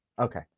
Okay